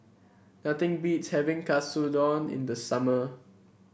nothing beats having Katsudon in the summer